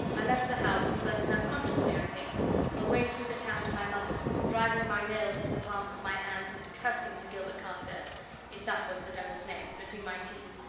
i left the house, and went unconsciously, i think away through the town to my mother's, driving my nails into the palms of my hands, and cursing sir gilbert carstairs if that was the devil's name between my teeth.